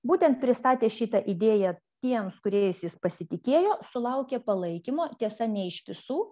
būtent pristatė šitą idėją tiems kuriais jis pasitikėjo sulaukė palaikymo tiesa ne iš visų